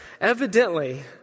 Evidently